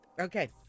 Okay